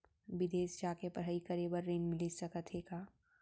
बिदेस जाके पढ़ई करे बर ऋण मिलिस सकत हे का?